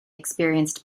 experienced